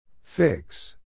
Fix